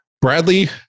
Bradley